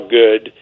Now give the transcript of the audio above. good –